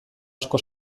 asko